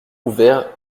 ouverts